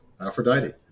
Aphrodite